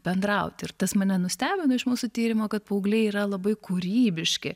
bendrauti ir tas mane nustebino iš mūsų tyrimo kad paaugliai yra labai kūrybiški